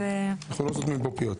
אנחנו לא סותמים פה פיות.